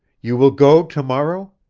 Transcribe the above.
you will go to-morrow?